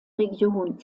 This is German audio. region